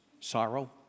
sorrow